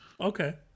Okay